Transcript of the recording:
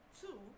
two